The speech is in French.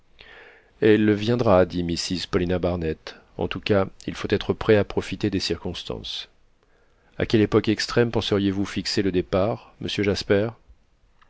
elle viendra dit mrs paulina barnett en tout cas il faut être prêt à profiter des circonstances à quelle époque extrême penseriez-vous fixer le départ monsieur jasper